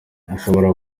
ashobora